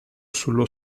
sullo